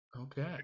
Okay